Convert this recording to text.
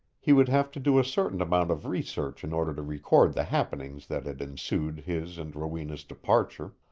he would have to do a certain amount of research in order to record the happenings that had ensued his and rowena's departure,